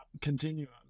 continuum